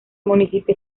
municipio